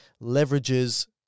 leverages